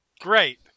Great